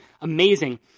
amazing